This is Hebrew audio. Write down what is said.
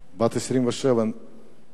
בן 27 נהרג,